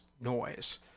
noise